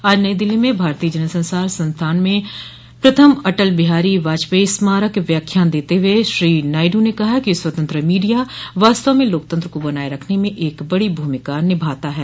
आज नई दिल्ली में भारतीय जनसंचार संस्थान में प्रथम अटल बिहारी वाजपयी स्मारक व्याख्यान देते हुए श्री नायडू ने कहा कि स्वतंत्र मीडिया वास्तव में लोकतंत्र को बनाये रखने में एक बड़ी भूमिका निभाता है